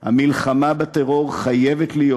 המלחמה בטרור חייבת להיות